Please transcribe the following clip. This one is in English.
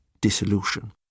dissolution